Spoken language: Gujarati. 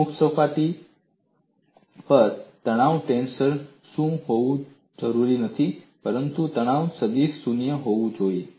મુક્ત સપાટી પર તણાવ ટેન્સર શૂન્ય હોવું જરૂરી નથી પરંતુ તણાવ સદીશ શૂન્ય હોવું જરૂરી છે